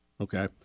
okay